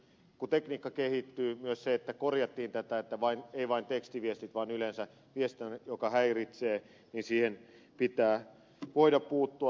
kun tekniikka kehittyy myös se että korjattiin tätä että ei vain tekstiviestit vaan yleensä viestintä joka häiritsee niin siihen pitää voida puuttua